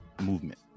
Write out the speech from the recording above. movement